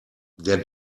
der